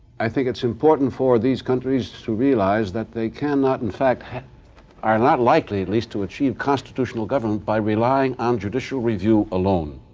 i think it's important for these countries to realize that they cannot, in fact, are not likely, at least to achieve constitutional governance by relying on judicial review alone.